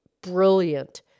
brilliant